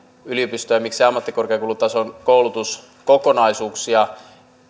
yliopisto ja vaikkapa ammattikorkeakoulutason koulutuskokonaisuuksia